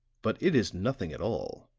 but it is nothing at all,